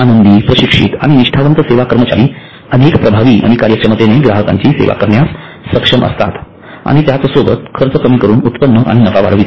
आनंदी प्रशिक्षित आणि निष्ठावंत सेवा कर्मचारी अधिक प्रभावी आणि कार्यक्षमतेने ग्राहकांची सेवा करण्यास सक्षम असतात आणि त्याचसोबत खर्च कमीकरून उत्पन्न आणि नफा वाढवितात